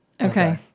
Okay